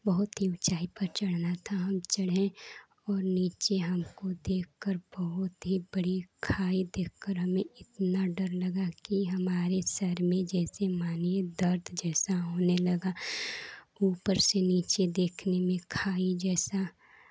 बहुत ऊंचाई पर चढ़ना था हम चढ़ें और नीचे हमको देख कर बहुत ही बड़ी खाई देखकर हमें इतना डर लगा कि हमारी सर में जैसे मानिए दर्द जैसा होने लगा ऊपर से नीचे देख के हमें खाई जैसा